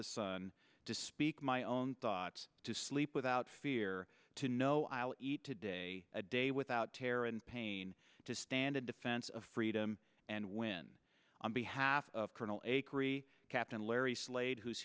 the sun to speak my own thoughts to sleep without fear to know i'll eat today a day without terror and pain to stand in defense of freedom and win on behalf of colonel a creek captain larry slade who's